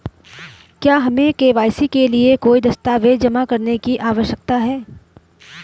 क्या हमें के.वाई.सी के लिए कोई दस्तावेज़ जमा करने की आवश्यकता है?